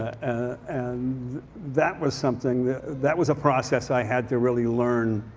ah and that was something that that was a process i had to really learn